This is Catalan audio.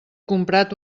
comprat